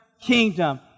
kingdom